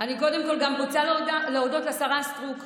קודם כול רוצה להודות גם לשרה סטרוק.